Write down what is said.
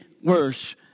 worse